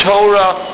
Torah